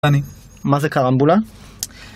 מה זה קרמבולה?